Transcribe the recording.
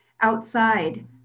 outside